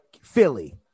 Philly